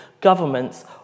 governments